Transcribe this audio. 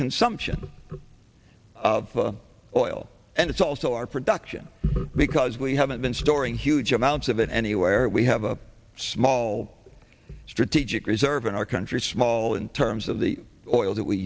consumption of oil and it's also our production because we haven't been storing huge amounts of it anywhere we have a small strategic reserve in our country small in terms of the oil that we